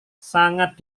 sangat